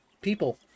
people